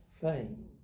fame